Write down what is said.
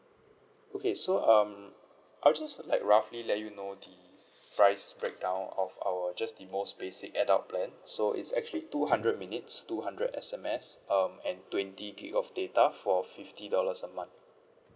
okay so um I'll just like roughly let you know the price breakdown of our just the most basic adult plan so is actually two hundred minutes two hundred S_M_S um and twenty gig of data for fifty dollars a month